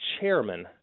chairman